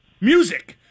music